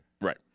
Right